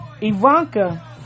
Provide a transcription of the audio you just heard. Ivanka